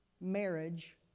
marriage